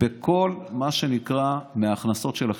בכל מה שנקרא, מההכנסות של החברות,